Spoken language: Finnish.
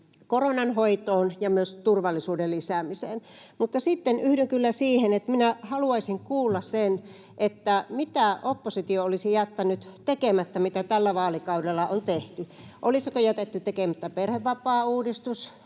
koronan hoitoon ja myös turvallisuuden lisäämiseen. Mutta sitten yhdyn kyllä siihen kysymykseen, minäkin haluaisin kuulla, että mitä oppositio olisi jättänyt tekemättä niistä, mitä tällä vaalikaudella on tehty. Olisiko jätetty tekemättä perhevapaauudistus,